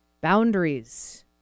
boundaries